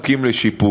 בבוקרשט